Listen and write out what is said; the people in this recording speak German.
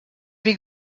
wie